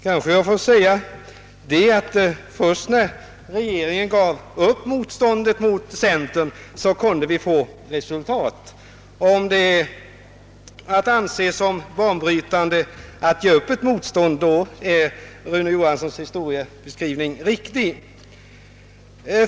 Kanske jag får säga, att det var först när regeringen gav upp motståndet mot centern som vi kunde få resultat. Om det är att anse som banbrytande att uppge ett motstånd, då är Rune Johanssons historieskrivning riktig.